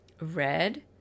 Red